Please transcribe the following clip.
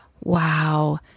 Wow